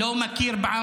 לרשותך חמש